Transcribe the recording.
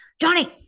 Johnny